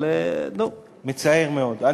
אבל נו, מצער מאוד.